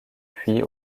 puis